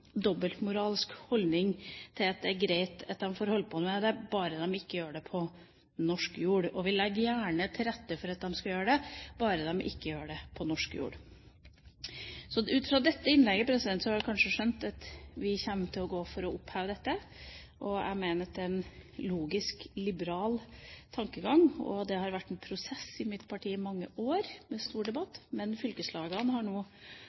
dobbeltmoralsk holdning til at det er greit at de kan holde på med det, bare de ikke gjør det på norsk jord, og vi legger gjerne til rette for at de skal kunne holde på med det, bare de ikke gjør det på norsk jord. Ut fra dette innlegget, har man kanskje skjønt at vi kommer til å gå for å oppheve dette. Jeg mener at det er en logisk liberal tankegang. Det har vært en prosess i mitt parti i mange år, og en stor debatt. Men fylkeslagene har